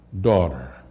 daughter